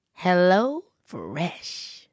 HelloFresh